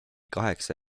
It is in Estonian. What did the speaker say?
kaheksa